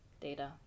data